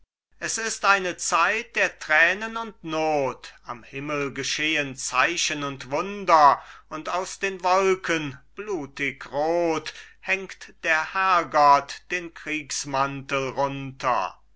es ist eine zeit der tränen und not am himmel geschehen zeichen und wunder und aus den wolken blutigrot hängt der herrgott den kriegsmantel runter